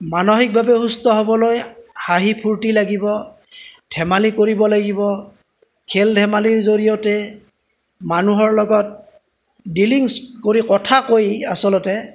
মানসিকভাৱে সুস্থ হ'বলৈ হাঁহি ফূৰ্তি লাগিব ধেমালি কৰিব লাগিব খেল ধেমালিৰ জৰিয়তে মানুহৰ লগত ডিলিঙছ কৰি কথা কৈ আচলতে